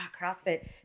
CrossFit